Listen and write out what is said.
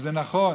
וזה נכון.